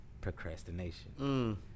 procrastination